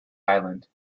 island